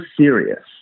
serious